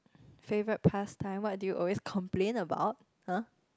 favourite pasttime what do you always complain about [huh]